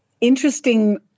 interesting